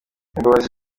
uwimbabazi